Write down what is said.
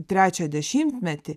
trečią dešimtmetį